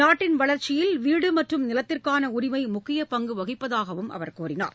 நாட்டின் வளர்ச்சியில் வீடுமற்றும் நிலத்திற்கானஉரிமைமுக்கியபங்குவகிப்பதாகவும் அவர் கூறினார்